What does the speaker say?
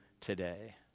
today